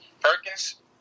Perkins